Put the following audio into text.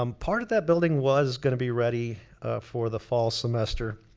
um part of that building was gonna be ready for the fall semester.